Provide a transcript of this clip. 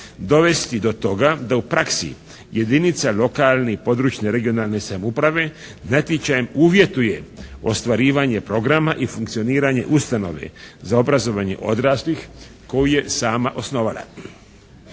dovesti do toga da u praksi jedinica lokalne i područne (regionalne) samouprave natječajem uvjetuje ostvarivanje programa i funkcioniranje ustanove za obrazovanje odraslih koju je sama osnovala.